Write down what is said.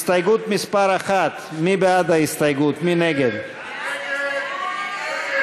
הסתייגות מס' 1 של חברי הכנסת קארין אלהרר, אלעזר